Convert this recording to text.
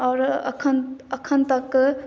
आओर अखन तक